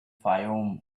fayoum